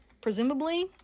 Presumably